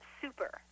Super